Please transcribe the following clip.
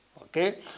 Okay